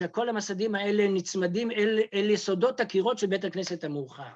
וכל המסדים האלה נצמדים אל יסודות הקירות של בית הכנסת המורחב.